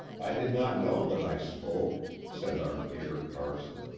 i did not know that i spoke, said our dear carson.